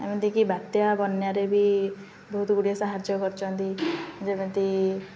ଏମିତିକି ବାତ୍ୟା ବନ୍ୟାରେ ବି ବହୁତ ଗୁଡ଼ିଏ ସାହାଯ୍ୟ କରିଛନ୍ତି ଯେମିତି